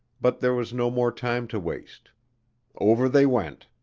but there was no more time to waste over they went.